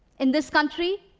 in this country,